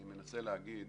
אני מנסה להגיד